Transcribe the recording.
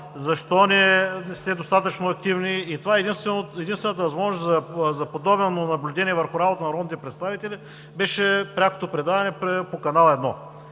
Защо не сте достатъчно активни?“ Това е единствената възможност за подобно наблюдение върху работата на народните представители. Това беше прякото предаване по Канал 1.